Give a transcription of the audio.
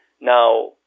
Now